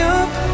up